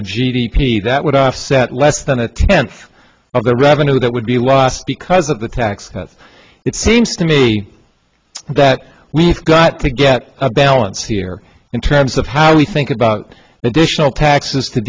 p that would offset less than a tenth of the revenue that would be lost because of the tax cuts it seems to me that we've got to get a balance here in terms of how we think about additional taxes to